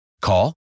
Call